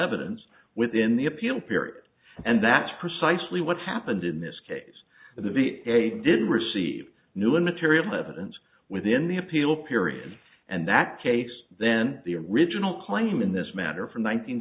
evidence within the appeal period and that's precisely what happened in this case the v a did receive new and material evidence within the appeal period and that case then the original claim in this matter from